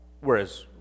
Whereas